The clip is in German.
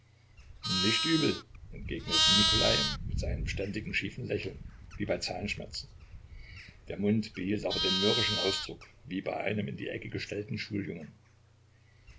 nicht übel entgegnete nikolai mit seinem ständigen schiefen lächeln wie bei zahnschmerzen der mund behielt aber den mürrischen ausdruck wie bei einem in die ecke gestellten schuljungen